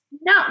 No